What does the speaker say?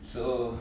so